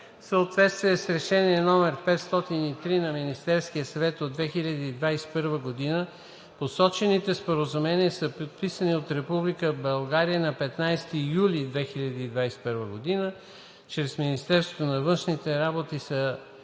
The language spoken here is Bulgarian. съответствие с Решение № 503 на Министерския съвет от 2021 г. посочените споразумения са подписани от Република България на 15 юли 2021 г. и чрез Министерството на външните работи са